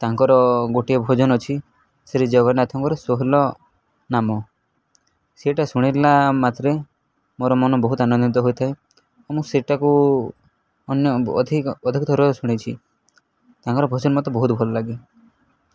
ତାଙ୍କର ଗୋଟିଏ ଭଜନ ଅଛି ଶ୍ରୀ ଜଗନ୍ନାଥଙ୍କର ଷୋହଲ ନାମ ସେଇଟା ଶୁଣିଲା ମାତ୍ରେ ମୋର ମନ ବହୁତ ଆନନ୍ଦିତ ହୋଇଥାଏ ମୁଁ ସେଇଟାକୁ ଅନ୍ୟ ଅଧିକ ଅଧିକ ଥର ଶୁଣିଛି ତାଙ୍କର ଭଜନ ମୋତେ ବହୁତ ଭଲ ଲାଗେ